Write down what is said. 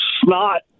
snot